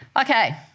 okay